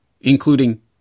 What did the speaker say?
including